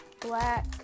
black